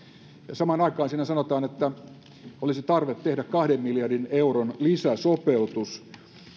samaan aikaan siinä sanotaan että olisi tarve tehdä kahden miljardin euron lisäsopeutus